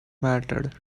mattered